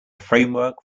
framework